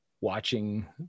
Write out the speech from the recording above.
watching